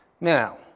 Now